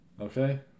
Okay